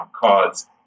cards